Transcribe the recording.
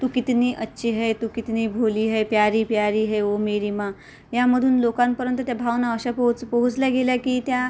तू कितनी अच्छी है तू कितनी भोली है प्यारी प्यारी है ओ मेरी मां यामधून लोकांपर्यंत त्या भावना अशा पोहोच पोहोचल्या गेल्या की त्या